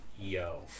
Yo